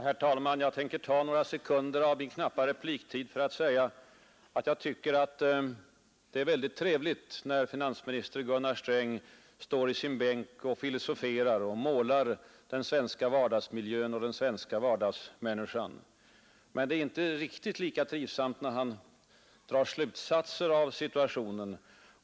Herr talman! Jag tänker använda några sekunder av min knappa repliktid för att säga att jag tycker att det är väldigt trevligt, när finansminister Gunnar Sträng står i sin bänk och filosoferar och målar den svenska vardagsmiljön och den svenska vardagsmänniskan. Men det är inte riktigt lika trivsamt när han drar sina slutsatser därav.